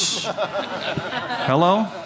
Hello